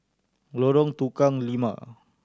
Lorong Tukang Lima